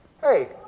hey